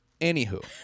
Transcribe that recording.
Anywho